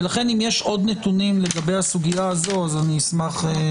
ולכן, אם יש עוד נתונים לגבי הסוגיה הזו, אשמח.